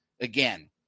Again